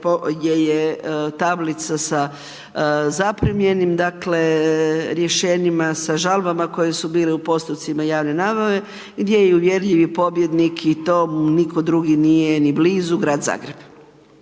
gdje je tablica sa zaprimljenim, dakle, rješenjima, sa žalbama koje su bile u postupcima javne nabave gdje je i uvjerljivi pobjednik i to mu nitko drugi nije ni blizu Grad Zagreb.